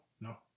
No